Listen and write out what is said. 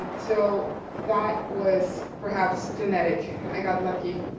and so that was perhaps genetic, i got lucky.